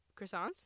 croissants